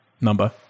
number